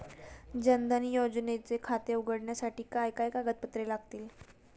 जनधन योजनेचे खाते उघडण्यासाठी काय काय कागदपत्रे लागतील?